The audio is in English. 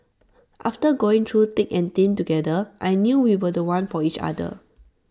after going through thick and thin together I knew we were The One for each other